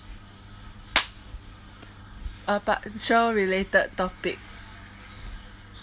uh financial related topic